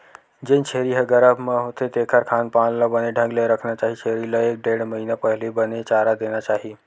जेन छेरी ह गरभ म होथे तेखर खान पान ल बने ढंग ले रखना चाही छेरी ल एक ढ़ेड़ महिना पहिली बने चारा देना चाही